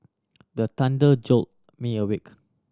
the thunder jolt me awake